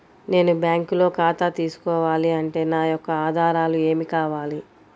నేను బ్యాంకులో ఖాతా తీసుకోవాలి అంటే నా యొక్క ఆధారాలు ఏమి కావాలి?